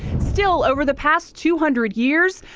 still over the past two hundred years,